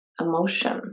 emotion